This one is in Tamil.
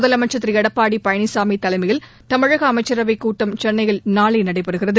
முதலமைச்சர் திரு எடப்பாடி பழனிசாமி தலைமையில் தமிழக அமைச்சரவைக் கூட்டம் சென்னையில் நாளை நடைபெறுகிறது